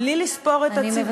בלי לספור את הציבור.